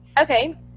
Okay